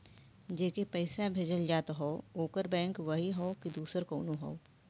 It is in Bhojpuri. जेके पइसा भेजल जात हौ ओकर बैंक वही हौ कि दूसर कउनो हौ